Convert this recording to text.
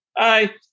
Hi